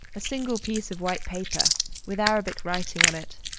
a single piece of white paper with arabic writing on it.